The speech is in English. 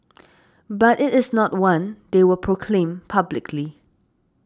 but it is not one they will proclaim publicly